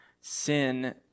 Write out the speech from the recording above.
sin